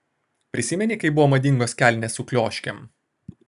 prisimeni kai buvo madingos kelnės su klioškėm